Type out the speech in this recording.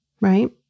right